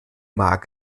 maar